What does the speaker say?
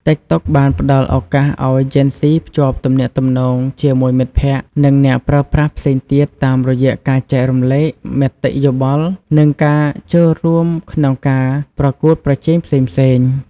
តិកតុកបានផ្ដល់ឱកាសឱ្យជេនហ្ស៊ីភ្ជាប់ទំនាក់ទំនងជាមួយមិត្តភក្តិ និងអ្នកប្រើប្រាស់ផ្សេងទៀតតាមរយៈការចែករំលែក មតិយោបល់ និងការចូលរួមក្នុងការការប្រកួតប្រជែងផ្សេងៗ។